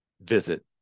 visit